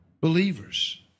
believers